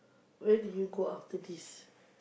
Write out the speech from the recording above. where did you go after this